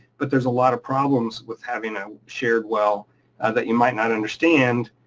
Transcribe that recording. but there's a lot of problems with having a shared well and that you might not understand.